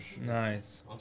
Nice